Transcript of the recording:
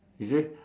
you see